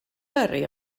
yrru